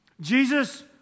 Jesus